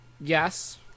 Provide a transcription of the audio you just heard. Yes